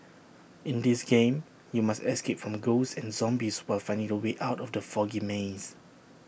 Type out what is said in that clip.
in this game you must escape from ghosts and zombies while finding the way out of the foggy maze